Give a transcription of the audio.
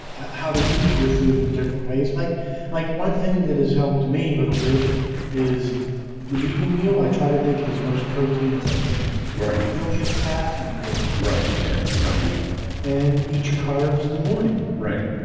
how to use your food in different ways like like one thing that has helped me a little bit is the evening meal i try to make it as most protein as i can right don't get fat from protein, right? yeah, not usually and eat your carbs in the morning, right?